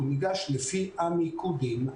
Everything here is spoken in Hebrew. הוא ניגש לפי המיקודים.